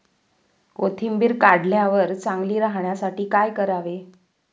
कोथिंबीर काढल्यावर चांगली राहण्यासाठी काय करावे?